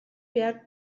behar